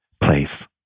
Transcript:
place